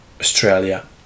Australia